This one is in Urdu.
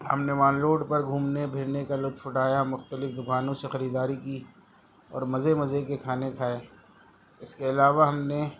ہم نے مال روڈ پر گھومنے پھرنے کا لطف اٹھایا مختلف دکانوں سے خریداری کی اور مزے مزے کے کھانے کھائے اس کے علاوہ ہم نے